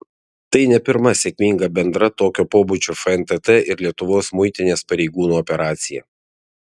tai ne pirma sėkminga bendra tokio pobūdžio fntt ir lietuvos muitinės pareigūnų operacija